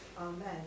amen